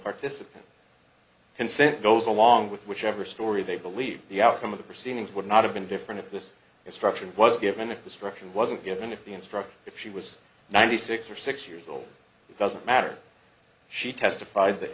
consent goes along with whichever story they believe the outcome of the proceedings would not have been different if this instruction was given a prescription wasn't given if the instruction if she was ninety six or six years old it doesn't matter she testified that